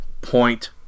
point